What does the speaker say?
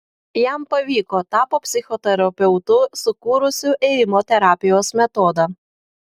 jam pavyko tapo psichoterapeutu sukūrusiu ėjimo terapijos metodą